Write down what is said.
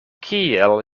kiel